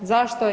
Zašto?